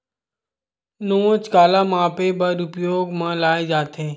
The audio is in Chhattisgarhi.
नोच काला मापे बर उपयोग म लाये जाथे?